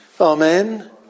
Amen